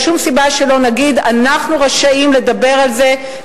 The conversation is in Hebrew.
אין שום סיבה שלא נגיד: אנחנו רשאים לדבר על זה,